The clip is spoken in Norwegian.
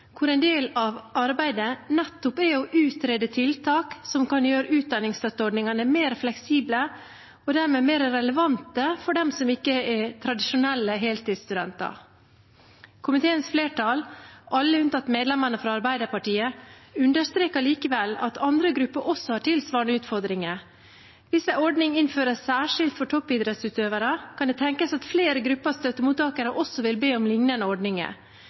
hvor en del av arbeidet er å utrede tiltak som kan gjøre utdanningsstøtteordningene mer fleksible og dermed mer relevante for dem som ikke er tradisjonelle heltidsstudenter. Komiteens flertall, alle unntatt medlemmene fra Arbeiderpartiet, understreker likevel at andre grupper også har tilsvarende utfordringer. Hvis en ordning innføres særskilt for toppidrettsutøvere, kan det tenkes at flere grupper støttemottakere også vil be om lignende